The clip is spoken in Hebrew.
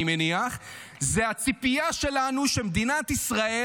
אני מניח זה הציפייה שלנו שמדינת ישראל,